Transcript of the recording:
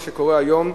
מה שקורה היום,